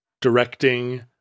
directing